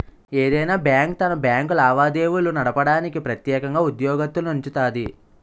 ఏదైనా బ్యాంకు తన బ్యాంకు లావాదేవీలు నడపడానికి ప్రెత్యేకంగా ఉద్యోగత్తులనుంచుతాది